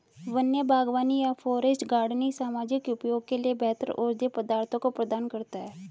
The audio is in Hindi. वन्य बागवानी या फॉरेस्ट गार्डनिंग सामाजिक उपयोग के लिए बेहतर औषधीय पदार्थों को प्रदान करता है